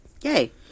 Yay